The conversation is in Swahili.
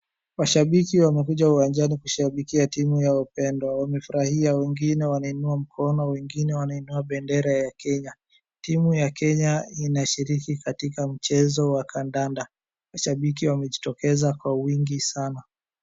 Washambiki wamekuja uwanjani kushambikia timu yao pendwa. Wamefurahia wengine wanainua mkono, wengine wanainua bendera ya Kenya. Timu ya Kenya inashiriki katika mchezo wa kadada. Mashambiki wamejitokeza kwa wingi sana.